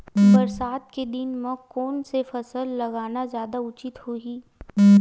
बरसात के दिन म कोन से फसल लगाना जादा उचित होही?